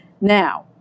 Now